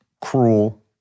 cruel